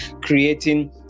creating